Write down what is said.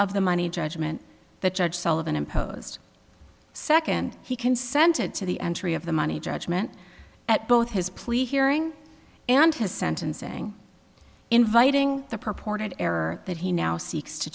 of the money judgment the judge sullivan imposed second he consented to the entry of the money judgment at both his plea hearing and his sentencing inviting the purported error that he now seeks to